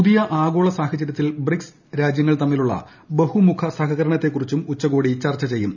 പുതിയ ആഗോള സാഹചര്യത്തിൽ ബ്രിക്സ് രാജൃങ്ങൾ തമ്മിലുള്ള ബഹുമുഖ സഹകരണത്തെക്കുറിച്ചും ഉള്ച്ചുകോടി ചർച്ച ചെയ്യും